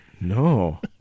No